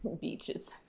Beaches